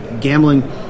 Gambling